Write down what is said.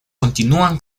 continúan